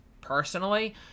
personally